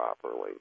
properly